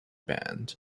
band